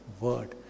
word